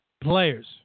players